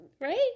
Right